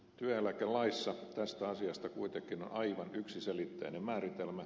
työeläkelaissa tästä asiasta kuitenkin on aivan yksiselitteinen määritelmä